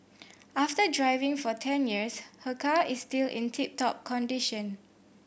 after driving for ten years her car is still in tip top condition